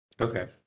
okay